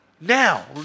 now